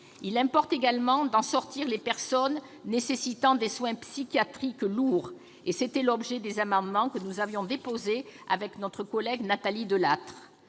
Il importe également de sortir de prison les personnes dont la santé exige des soins psychiatriques lourds. C'était l'objet des amendements que nous avions déposés avec notre collègue Nathalie Delattre.